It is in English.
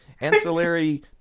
ancillary